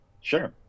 Sure